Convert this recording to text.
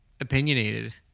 opinionated